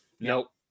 Nope